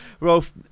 Rolf